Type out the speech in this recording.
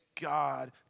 God